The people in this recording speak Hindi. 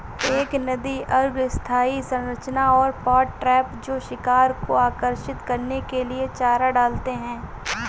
एक नदी अर्ध स्थायी संरचना और पॉट ट्रैप जो शिकार को आकर्षित करने के लिए चारा डालते हैं